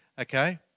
okay